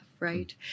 Right